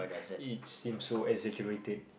it's seem so exaggerated